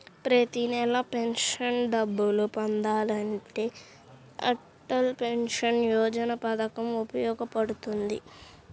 ప్రతి నెలా పెన్షన్ డబ్బులు పొందాలంటే అటల్ పెన్షన్ యోజన పథకం ఉపయోగపడుతుంది